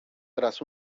tras